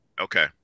Okay